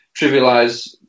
trivialize